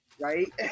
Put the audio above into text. right